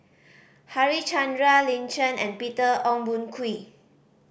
Harichandra Lin Chen and Peter Ong Boon Kwee